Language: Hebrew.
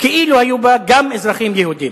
כאילו היו בה גם אזרחים יהודים.